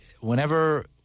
whenever